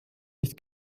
nicht